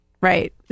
right